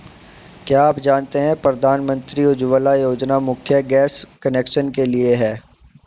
क्या आप जानते है प्रधानमंत्री उज्ज्वला योजना मुख्यतः गैस कनेक्शन के लिए है?